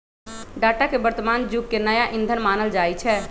data के वर्तमान जुग के नया ईंधन मानल जाई छै